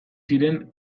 ziren